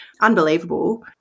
unbelievable